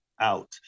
out